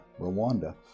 Rwanda